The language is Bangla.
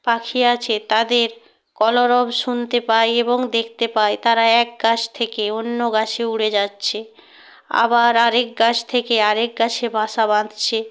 পাখি আছে তাদের কলরব শুনতে পাই এবং দেখতে পাই তারা এক গাছ থেকে অন্য গাছে উড়ে যাচ্ছে আবার আরেক গাছ থেকে আরেক গাছে বাসা বাঁধছে